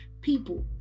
people